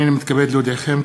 הנני מתכבד להודיעכם,